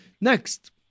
Next